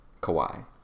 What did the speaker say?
Kawhi